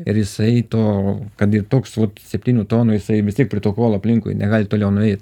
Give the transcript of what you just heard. ir jisai to kad ir toks septynių tonų jisai vis tiek prie to kuolo vistiek aplinkui negali toliau nueit